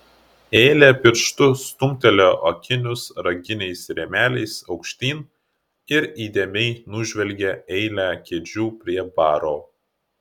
elė pirštu stumtelėjo akinius raginiais rėmeliais aukštyn ir įdėmiai nužvelgė eilę kėdžių prie baro